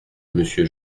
monsieur